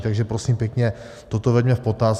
Takže prosím pěkně, toto veďme v potaz.